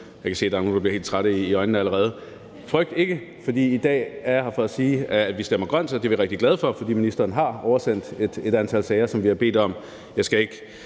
er nogle, der bliver helt trætte i øjnene allerede. Frygt ikke, for i dag er jeg her for at sige, at vi stemmer grønt, og det er vi rigtig glade for, for ministeren har oversendt et antal sager, som vi har bedt om.